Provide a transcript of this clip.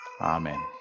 Amen